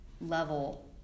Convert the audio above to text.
level